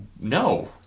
No